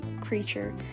creature